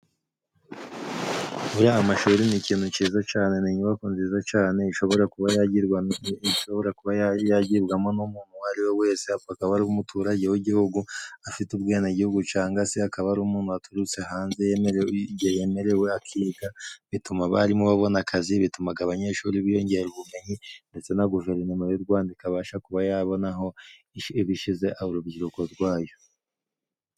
Buriya amashuri ni ikintu cyiza cane, ni inyubako nziza cane, ishobora kuba yagibwamo n'umuntu uwo ari we wese, apfa kuba ari umuturage w'igihugu, afite ubwenegihugu cyangwa se akaba ari umuntu waturutse hanze, igihe yemerewe akiga, bituma abarimu babona akazi, bitumaga abanyeshuri biyongera ubumenyi ndetse na guverinoma y'u rwanda ikabasha kuba yabona aho iba ishyize urubyiruko rwayo.